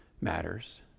matters